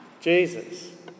Jesus